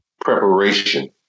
preparation